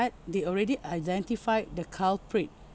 they already identified the culprit